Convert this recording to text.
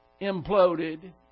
imploded